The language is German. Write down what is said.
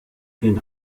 den